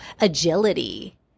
agility